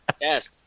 Yes